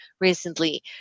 recently